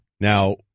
Now